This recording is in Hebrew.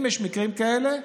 אם יש מקרים כאלה,